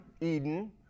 Eden